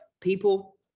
people